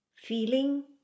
Feeling